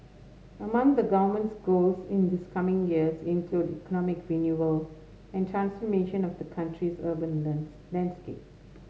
among the government's goals in this coming years include economic renewal and transformation of the country's urban learns landscape